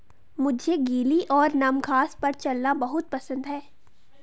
मुझे गीली और नम घास पर चलना बहुत पसंद है